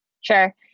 Sure